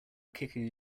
kicking